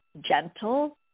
gentle